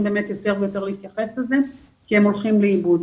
באמת יותר ויותר להתייחס לזה כי הם הולכים לאיבוד.